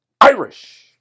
Irish